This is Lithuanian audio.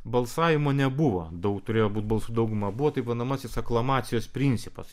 balsavimo nebuvo daug turėjo būti balsų dauguma buvo taip vadinamasis aklamacijos principas